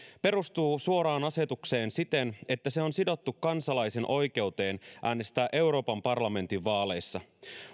perustuu suoraan asetukseen siten että se on sidottu kansalaisen oikeuteen äänestää euroopan parlamentin vaaleissa